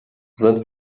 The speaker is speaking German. sind